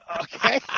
Okay